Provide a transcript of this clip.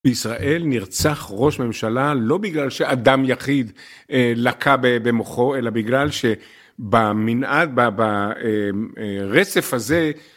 בישראל נרצח ראש ממשלה לא בגלל שאדם יחיד לקה במוחו אלא בגלל שבמנעד ברצף הזה